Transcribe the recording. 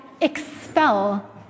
expel